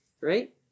right